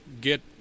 get